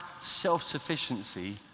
self-sufficiency